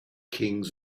kings